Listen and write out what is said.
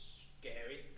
scary